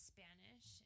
Spanish